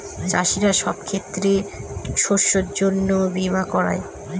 চাষীরা সব ক্ষেতের শস্যের জন্য বীমা করায়